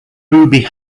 booby